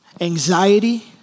anxiety